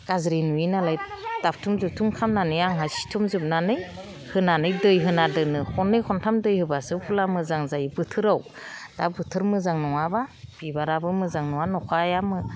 गाज्रि नुयोनालाय दानथुम दिनथुम खालामनानै आंहा सिथुमजोबनानै होनानै दै होना दोनो खननै खनथाम दै होब्लासो फुलआ मोजां जायो बोथोराव दा बोथोर मोजां नङाब्ला बिबाराबो मोजां नङा अखाया